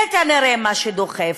זה כנראה מה שדוחף.